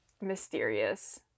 mysterious